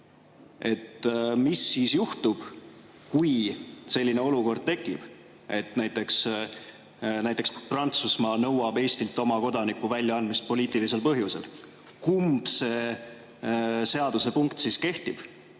Mis siis juhtub, kui selline olukord tekib? Näiteks Prantsusmaa nõuab Eestilt oma kodaniku väljaandmist poliitilisel põhjusel. Kumb seaduse punkt siis kehtib?